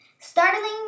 startling